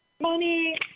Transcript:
Money